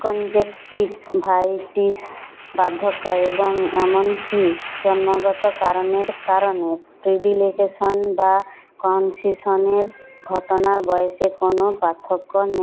conjunctivitis বার্ধক্য এবং এমনকি জন্মগত কারণের কারণে প্রিডিলেকেশন বা কনসিশনের ঘটনার বয়সের কোনও পার্থক্য নেই